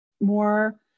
more